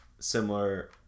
similar